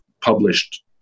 published